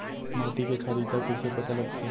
माटी के क्षारीयता कइसे पता लगथे?